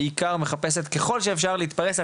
בעיקר מחפשת ככל שאפשר להתפרס,